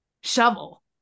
shovel